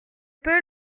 pas